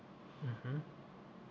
mmhmm